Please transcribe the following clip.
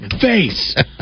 face